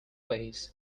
ways